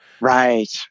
Right